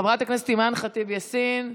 חברת הכנסת אימאן ח'טיב יאסין,